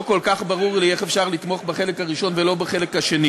לא כל כך ברור לי איך אפשר לתמוך בחלק הראשון ולא בחלק השני